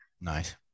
Nice